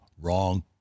wrong